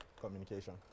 communication